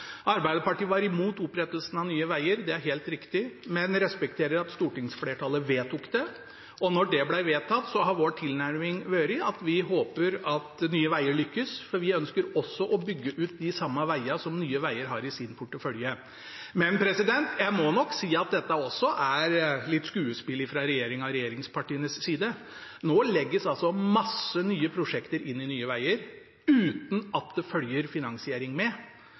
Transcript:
Arbeiderpartiet var imot opprettelsen av Nye Veier, det er helt riktig, men vi respekterer at stortingsflertallet vedtok det. Når det ble vedtatt, har vår tilnærming vært at vi håper at Nye Veier lykkes, for vi ønsker også å bygge ut de samme veiene som Nye Veier har i sin portefølje. Men jeg må nok si at dette også er litt skuespill fra regjeringen og regjeringspartienes side. Nå legges mange nye prosjekter inn i Nye Veier uten at det følger finansiering med.